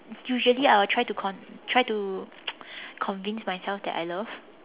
usually I will try to con~ try to convince myself that I love